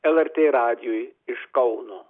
lrt radijui iš kauno